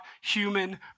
human